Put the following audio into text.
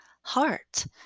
heart